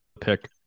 pick